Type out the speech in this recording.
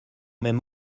même